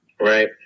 right